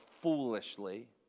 foolishly